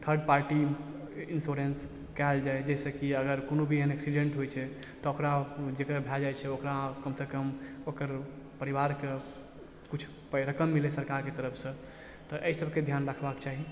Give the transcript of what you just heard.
third party insurance कयल जाइ जैसँ कि अगर कोनो भी एहन एक्सीडेंट होइ छै तऽ ओकरा जेकर भए जाइ छै ओकरा कमसँ कम ओकर परिवारके किछु पाइ रकम मिलय सरकारके तरफसँ तऽ अइ सभके ध्यान रखबाक चाही